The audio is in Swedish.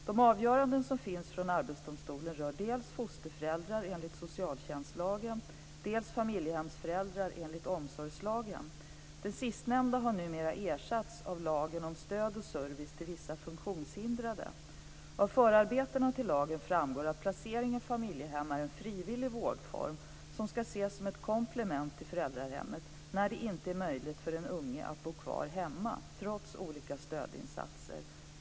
De avgöranden som finns från Arbetsdomstolen rör dels fosterförälder enligt socialtjänstlagen, dels familjehemsförälder enligt omsorgslagen. De sistnämnda har numera ersatts av lagen om stöd och service till vissa funktionshindrade. Av förarbetena till lagen framgår att placering i familjehem är en frivillig vårdform och ska ses som ett komplement till föräldrahemmet när det inte är möjligt för den unge att bo kvar hemma trots olika stödinsatser.